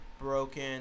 Broken